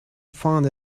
found